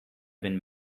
been